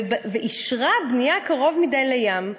ואישרה בנייה קרוב מדי לים.